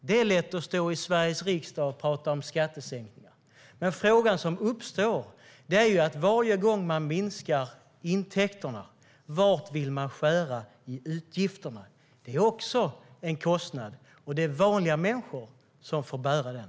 Det är lätt att stå i Sveriges riksdag och prata om skattesänkningar, men frågan som uppstår varje gång man minskar intäkterna är: Var i utgifterna vill man skära? Det är också en kostnad, och det är vanliga människor som får bära den.